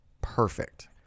perfect